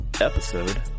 episode